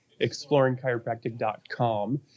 exploringchiropractic.com